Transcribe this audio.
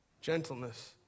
gentleness